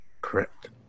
Correct